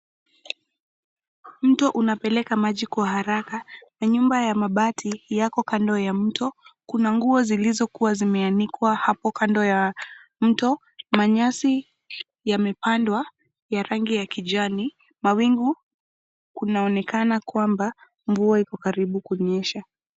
Mto unapeleka maji kwa haraka. Nyumba ya mabati yako kando wa mto. Kuna nguo zilizokuwa zimeanikwa hapo kando ya mto. Nyasi yamepandwa ya rangi ya kijani. Mawingu kunaonekana kwamba mvua iko karibu kunyesha.